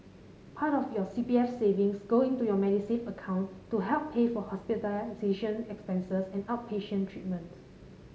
part of your C P F savings go into your Medisave account to help pay for hospitalization expenses and outpatient treatments